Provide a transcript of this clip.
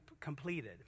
completed